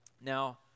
Now